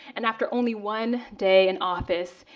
and after only one day in office,